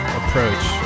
approach